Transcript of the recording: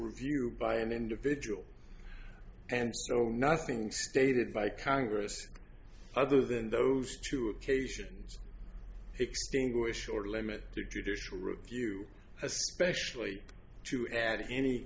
review by an individual and so nothing stated by congress other than those two occasions extinguish or limit to judicial review especially to add any